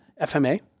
FMA